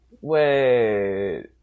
wait